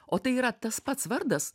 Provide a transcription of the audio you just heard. o tai yra tas pats vardas